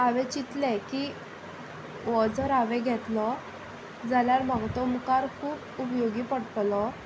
हांवें चिंतलें की हो जर हांवें घेतलो जाल्यार म्हाका तो मुखार खूब उपयोगी पडटलो